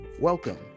Welcome